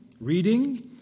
reading